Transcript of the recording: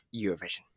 Eurovision